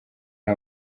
ari